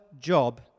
job